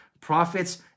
prophets